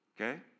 okay